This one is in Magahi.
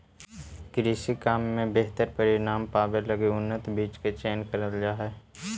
कृषि काम में बेहतर परिणाम पावे लगी उन्नत बीज के चयन करल जा हई